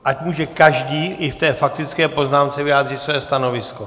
Ať může každý i v té faktické poznámce vyjádřit své stanovisko.